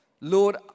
lord